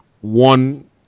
one